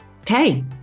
Okay